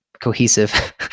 cohesive